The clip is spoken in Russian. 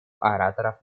ораторов